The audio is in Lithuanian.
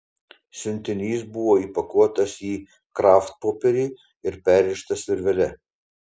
siuntinys buvo įpakuotas į kraftpopierį ir perrištas virvele